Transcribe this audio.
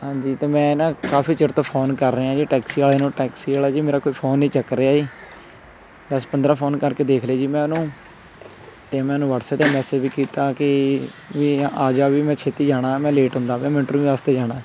ਹਾਂਜੀ ਅਤੇ ਮੈਂ ਨਾ ਕਾਫੀ ਚਿਰ ਤੋਂ ਫੋਨ ਕਰ ਰਿਹਾ ਜੀ ਟੈਕਸੀ ਵਾਲੇ ਨੂੰ ਟੈਕਸੀ ਵਾਲਾ ਜੀ ਮੇਰਾ ਕੋਈ ਫੋਨ ਨਹੀਂ ਚੱਕ ਰਿਹਾ ਜੀ ਦਸ ਪੰਦਰਾਂ ਫੋਨ ਕਰਕੇ ਦੇਖ ਲਏ ਜੀ ਮੈਂ ਉਹਨੂੰ ਅਤੇ ਮੈ ਉਹਨੂੰ ਵਟਸਐਪ 'ਤੇ ਮੈਸੇਜ ਵੀ ਕੀਤਾ ਕਿ ਵੀ ਆਜਾ ਵੀ ਮੈਂ ਛੇਤੀ ਜਾਣਾ ਮੈਂ ਲੇਟ ਹੁੰਦਾ ਪਿਆ ਮੈਂ ਇੰਟਰਵਿਉ ਵਾਸਤੇ ਜਾਣਾ